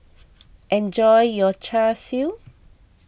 enjoy your Char Siu